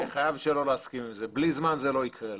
אני חייב שלא להסכים עם זה, בלי זמן זה לא יקרה.